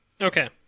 Okay